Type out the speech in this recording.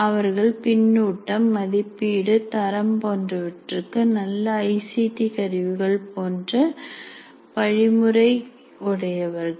அவர்கள் பின்னூட்டம் மதிப்பீடு தரம் போன்றவற்றுக்கு நல்ல ஐசிடி கருவிகள் போன்ற வழிமுறை உடையவர்கள்